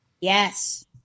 Yes